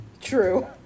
True